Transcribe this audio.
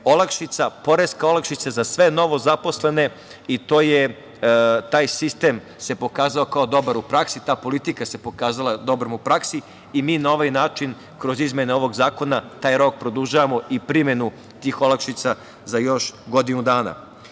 olakšica, poreska olakšica za sve novozaposlene i to je, taj sistem se pokazao kao dobar u praksi, ta politika se pokazala dobrom u praksi i mi na ovaj način kroz izmene ovog zakona taj rok produžavamo i primenu tih olakšica za još godinu dana. Zakon